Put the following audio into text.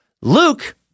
Luke